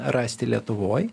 rasti lietuvoj